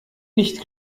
nicht